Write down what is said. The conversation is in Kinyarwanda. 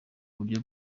buryo